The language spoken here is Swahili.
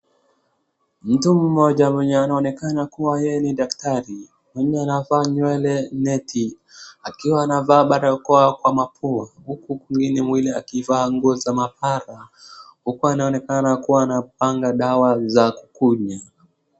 Mtu mmoja mwenye anaonekana kuwa yeye ni daktari mwenye anavaa nywele neti akiwa anavaa barakoa kwa mapua huku kwingine mwili akivaa nguo za maabara huku anaonekana kuwa anapanga dawa za kukunywa.